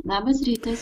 labas rytas